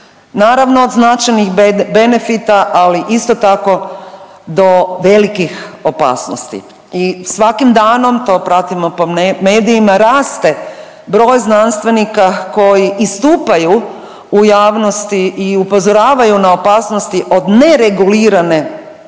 naravno od značajnih benefita, ali isto tako do velikih opasnosti. I svakim danom to pratimo po medijima raste broj znanstvenika koji istupaju u javnosti i upozoravaju na opasnosti od neregulirane umjetne